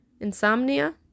Insomnia